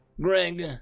Greg